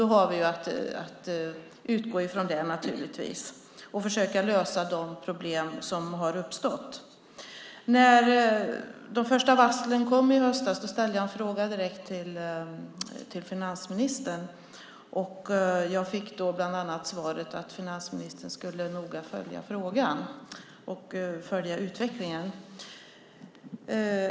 Då har vi att utgå från det naturligtvis och försöka lösa de problem som har uppstått. När de första varslen kom i höstas ställde jag en fråga direkt till finansministern. Jag fick då bland annat svaret att finansministern noga skulle följa frågan och utvecklingen.